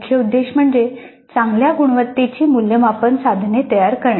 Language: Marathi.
मुख्य उद्देश म्हणजे चांगल्या गुणवत्तेची मूल्यमापन साधने तयार करणे